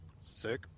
sick